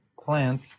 plant